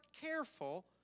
careful